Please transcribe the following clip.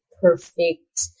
perfect